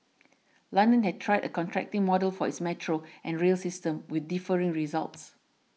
London has tried a contracting model for its metro and rail system with differing results